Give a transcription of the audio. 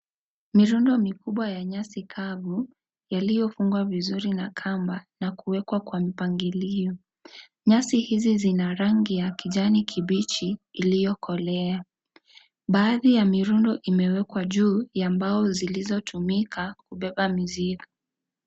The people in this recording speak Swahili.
Mirundo mikubwa ya nyasi kavu. Yaliyofungwa vizuri na kamba na kuwekwa kwa mipangilio. Nyasi hizi zina rangi ya kijani kibichi iliyokolea. Baadhi ya mirundo imewekwa juu ya mbao zilizotumika kubeba mizigo.